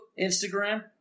Instagram